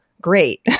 great